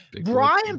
Brian